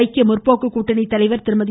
ஐக்கிய முற்போக்கு கூட்டணி தலைவர் திருமதி